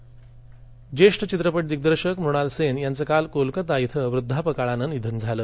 निधन मणाल सेन ज्येष्ठ चित्रपट दिग्दर्शक मृणाल सेन यांचं काल कोलकता इथं वृद्धापकाळानं निधन झालं